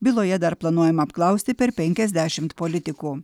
byloje dar planuojama apklausti per penkiasdešimt politikų